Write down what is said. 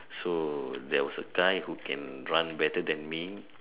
so there was a guy who can run better than me